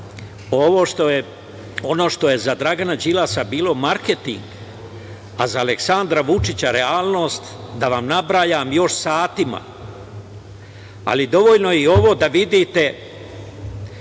mogao bih ono što je za Dragana Đilasa bilo marketing, a za Aleksandra Vučića realnost, da vam nabrajam još satima, ali dovoljno je i ovo da vidite